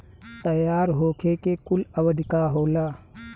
तैयार होखे के कूल अवधि का होला?